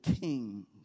king